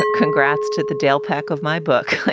congrats to the dayle pack of my book.